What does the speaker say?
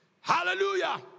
Hallelujah